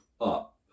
up